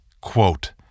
quote